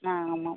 ஆ ஆமாம்